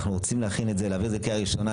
אנחנו רוצים להכין את זה ולהעביר את זה בקריאה ראשונה,